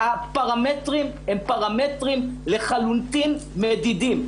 הפרמטרים הם פרמטרים לחלוטין מדידים.